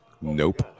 Nope